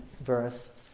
verse